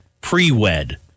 pre-wed